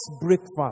breakfast